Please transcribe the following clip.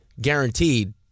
guaranteed